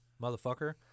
motherfucker